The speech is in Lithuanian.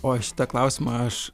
o šitą klausimą aš